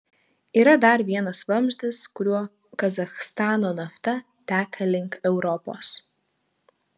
yra dar vienas vamzdis kuriuo kazachstano nafta teka link europos